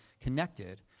connected